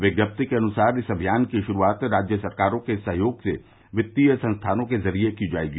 विज्ञप्ति के अनुसार इस अभियान की शुरूआत राज्य सरकारों के सहयोग से वित्तीय संस्थानों के जरिये की जाएगी